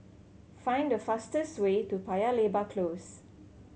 find the fastest way to Paya Lebar Close